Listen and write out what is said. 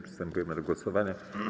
Przystępujemy do głosowania.